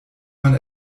man